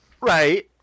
Right